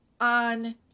on